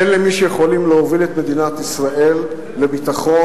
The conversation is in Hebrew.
תן למי שיכולים להוביל את מדינת ישראל לביטחון,